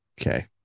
okay